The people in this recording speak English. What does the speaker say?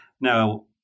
Now